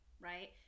right